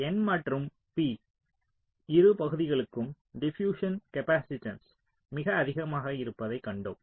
n மற்றும் p இரு பகுதிகளுக்கும் டிபியூஸ்சன் காப்பாசிட்டன்ஸ் மிக அதிகமாக இருப்பதைக் கண்டோம்